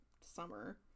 summer